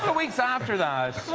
ah weeks after those